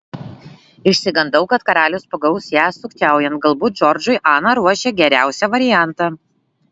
išsigandau kad karalius pagaus ją sukčiaujant galbūt džordžui ana ruošė geriausią variantą